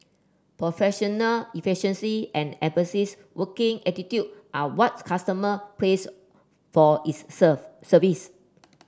professional efficiency and working attitude are what customer praise for its serve service